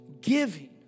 Giving